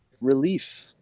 relief